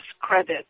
credit